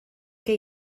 que